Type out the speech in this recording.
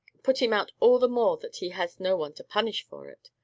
put him out all the more that he has no one to punish for it,